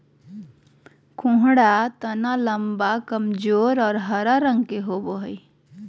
कुम्हाडा तना लम्बा, कमजोर और हरा रंग के होवो हइ